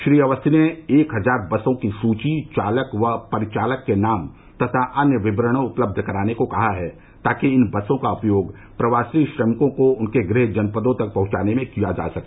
श्री अवस्थी ने एक हजार बसों की सुची चालक व परिचालक के नाम तथा अन्य विवरण उपलब्ध कराने को कहा है ताकि इन बसों का उपयोग प्रवासी श्रमिकों को उनके गृह जनपदों तक पहंचाने में किया जा सके